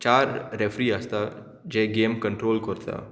चार रॅफ्री आसता जे गेम कंट्रोल करता